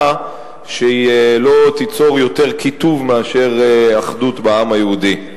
שלא תיצור יותר קיטוב מאשר אחדות בעם היהודי.